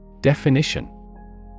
Definition